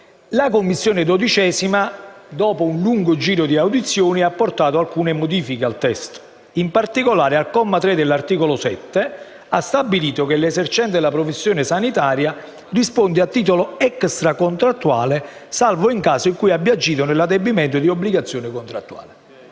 12a Commissione, dopo un lungo giro di audizioni, ha apportato al testo alcune modifiche prevedendo, in particolare, al comma 3 dell'articolo 7 che l'esercente la professione sanitaria risponde a titolo extracontrattuale, salvo il caso in cui abbia agito nell'adempimento di obbligazione contrattuale.